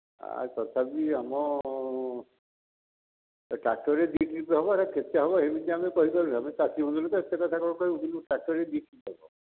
ତଥାପି ଆମ ଟ୍ରାକ୍ଟର୍ରେ ଦୁଇ ଟ୍ରିପ୍ ହେବ ହେରା କେତେ ହେବ କେମିତି ଆମେ କହିପାରିବୁ ଆମେ ଚାଷୀ ମୁଲିଆ ଲୋକ ଏତେ କ'ଣ କହିବୁ କିନ୍ତୁ ଟ୍ରାକ୍ଟର୍ରେ ଦୁଇ ଟ୍ରିପ୍ ହେବ